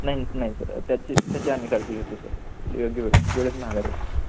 नाही नाही सर त्याची त्याची आम्ही काळजी घेतो सर योग्य वेळेत वेळेत माघारी येतो सर